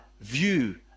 view